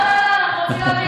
לא, לא, לא, אנחנו רוצים להבין.